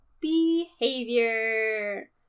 Behavior